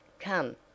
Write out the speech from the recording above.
Come